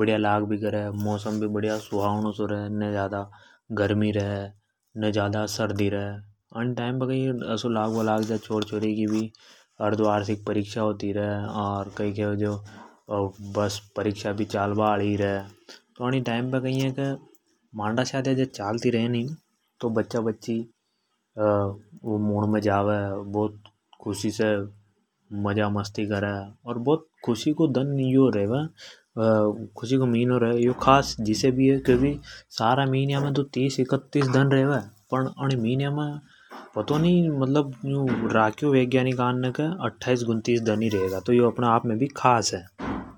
बढ़िया लाग भी करें मौसम भी बढ़िया सुहाना सो रे ने ज्यादा गर्मी रे ने ज्यादा सर्दी रे। परीक्षा भी चलती रे। मांडा शादी मे बच्चा भी जावे बहुत मजा करे। और यो खास जिसे भी है की बाकी सारा मिन्या मे तीस इक तीस दन रे अर इमे अट्टाइस उनतीस दन ही रे। तो यो अपना आप में भी खास है।